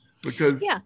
Because-